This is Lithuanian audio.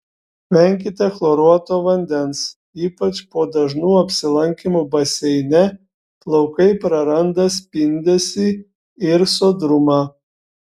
venkite chloruoto vandens ypač po dažnų apsilankymų baseine plaukai praranda spindesį ir sodrumą